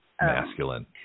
Masculine